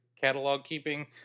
catalog-keeping